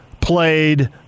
played